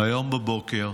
היום בבוקר